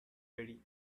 ready